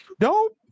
Nope